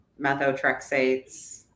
methotrexates